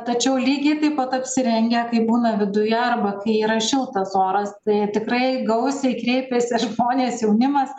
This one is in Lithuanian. tačiau lygiai taip pat apsirengę kaip būna viduje arba kai yra šiltas oras tai tikrai gausiai kreipiasi žmonės jaunimas